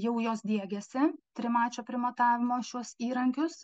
jau jos diegiasi trimačio primatavimo šiuos įrankius